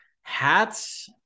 hats